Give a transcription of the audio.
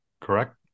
correct